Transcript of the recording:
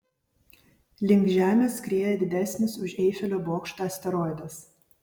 link žemės skrieja didesnis už eifelio bokštą asteroidas